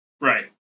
Right